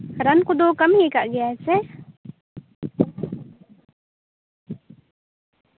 ᱨᱟᱱ ᱠᱚᱫᱚ ᱠᱟᱹᱢᱤᱭᱟᱠᱟᱫ ᱜᱮᱭᱟᱭ ᱥᱮ